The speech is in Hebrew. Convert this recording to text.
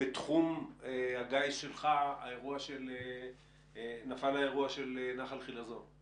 בתחום הגיס שלך היה האירוע של נחל חילזון?